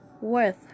Worth